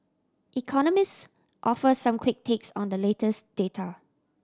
economists offer some quick takes on the latest data